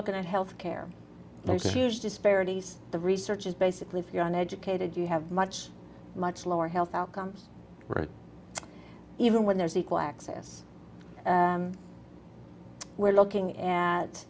looking at health care there's huge disparities the research is basically if you're an educated you have much much lower health outcomes right even when there's equal access we're looking